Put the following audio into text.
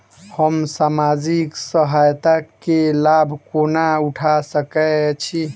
हम सामाजिक सहायता केँ लाभ कोना उठा सकै छी?